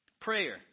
Prayer